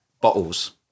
bottles